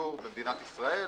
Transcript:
לדיור במדינת ישראל